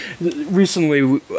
recently